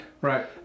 Right